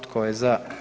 Tko je za?